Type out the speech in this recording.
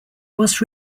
was